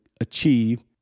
achieve